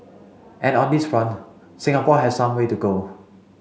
and on this front Singapore has some way to go